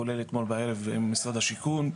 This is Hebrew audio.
כולל אתמול בערב עם משרד השיכון,